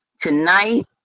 tonight